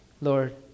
Lord